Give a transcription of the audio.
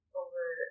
over